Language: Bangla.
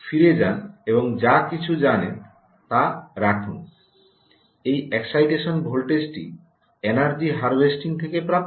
এখন ফিরে যান এবং যা কিছু জানেন তা রাখুন এই এক্সাইটেশন ভোল্টেজটি এনার্জি হারভেস্টিং থেকে প্রাপ্ত